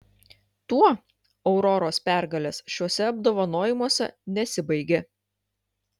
tuo auroros pergalės šiuose apdovanojimuose nesibaigė